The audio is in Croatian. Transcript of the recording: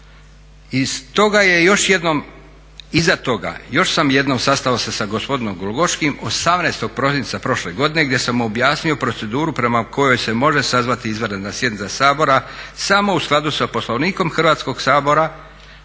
iza toga još sam jednom sastao se sa gospodinom Glogoškim 18. prosinca prošle godine gdje sam mu objasnio proceduru prema kojoj se može sazvati izvanredna sjednica Sabora, samo u skladu sa Poslovnikom Hrvatskog sabora